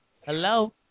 Hello